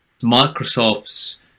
microsoft's